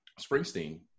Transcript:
Springsteen